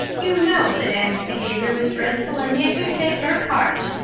you know that anne's behavior was dreadful, and yet you take her part!